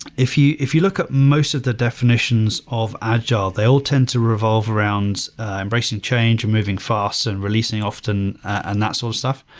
if you if you look at most of the definitions of agile, they all tend to revolve around embracing change moving fast and releasing often and that sort of stuff.